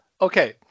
okay